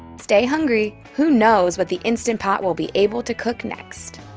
stay hungry. who knows what the instant pot will be able to cook next?